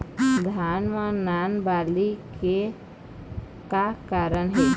धान म नान बाली के का कारण हे?